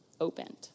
opened